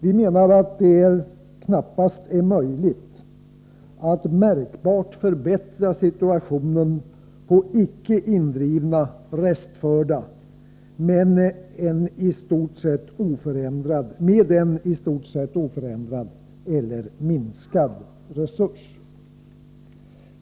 Vi menar att det knappast är möjligt att märkbart förbättra situationen vad beträffar icke indrivna restförda med en i stort sett oförändrad eller minskad resurs.